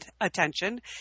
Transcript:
attention